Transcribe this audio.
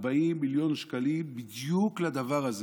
40 מיליון שקלים בדיוק לדבר הזה.